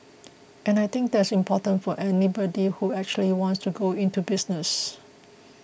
and I think that is very important for anybody who actually wants to go into business